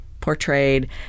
portrayed